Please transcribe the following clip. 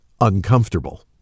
uncomfortable